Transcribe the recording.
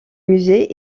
musée